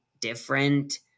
different